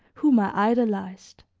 whom i idolized.